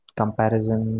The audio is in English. comparison